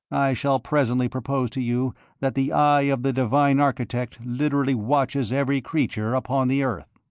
i shall presently propose to you that the eye of the divine architect literally watches every creature upon the earth.